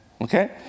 okay